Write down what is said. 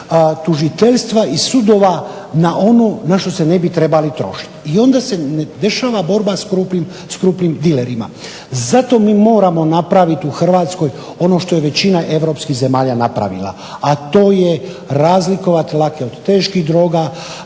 tužiteljstva i sudova na ono na što se ne bi trebali trošiti i onda se dešava borba s krupnim dilerima. Zato mi moramo napraviti u Hrvatskoj ono što je većina europskih zemalja napravila, a to je razlikovati lake od teških droga,